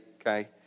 okay